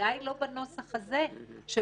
מביאה את המקרה הזה מאוד קונקרטי,